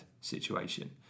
situation